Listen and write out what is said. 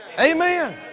Amen